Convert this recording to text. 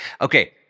Okay